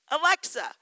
Alexa